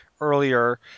earlier